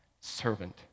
servant